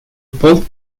pulled